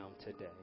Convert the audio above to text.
today